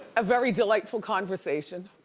a very delightful conversation.